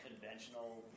conventional